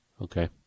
Okay